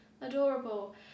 adorable